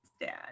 dad